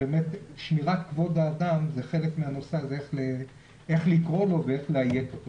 משמירת כבוד האדם זה איך לקורא לו ואיך לכתוב אותו.